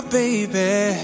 baby